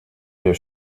der